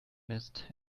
mist